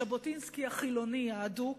ז'בוטינסקי החילוני האדוק,